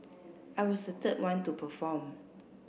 I was the third one to perform